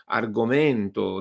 argomento